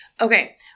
okay